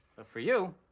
but for you,